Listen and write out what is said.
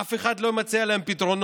אף אחד לא מציע להם פתרונות.